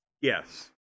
yes